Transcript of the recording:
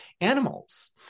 animals